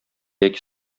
яки